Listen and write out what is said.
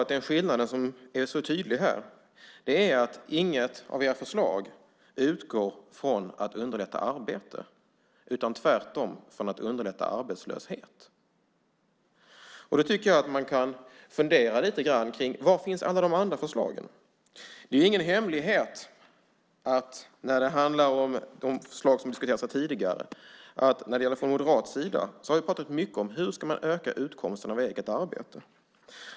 Den skillnad som är så tydlig är att inget av era förslag utgår från att underlätta arbete. De utgår tvärtom från att underlätta arbetslöshet. Jag tycker att man kan fundera lite grann på var alla de andra förslagen finns. Det är ingen hemlighet att när det handlar om de förslag som har diskuterats här tidigare har vi från moderat sida pratat mycket om hur man ska öka utkomsten av eget arbete.